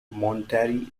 monterrey